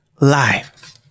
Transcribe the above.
life